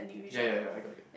yea yea yea I got it